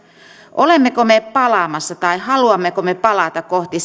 olemmeko me palaamassa tai haluammeko me palata kohti